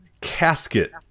casket